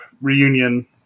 reunion